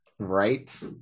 right